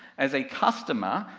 as a customer,